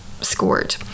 scored